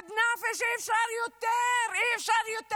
עד נפש, אי-אפשר יותר, אי-אפשר יותר.